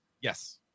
yes